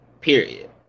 period